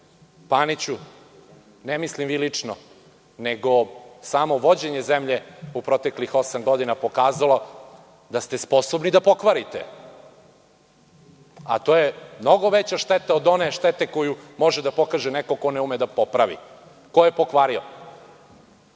Paniću, ne mislim vi lično, nego samo vođenje zemlje u proteklih osam godina pokazalo da ste sposobni da pokvarite, a to je mnogo veća šteta od one štete koju može da pokaže neko ko ne ume da popravi, ko je pokvario. Kako